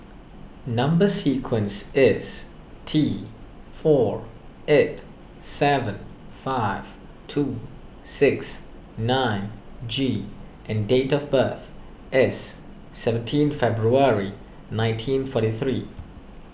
Number Sequence is T four eight seven five two six nine G and date of birth is seventeen February nineteen forty three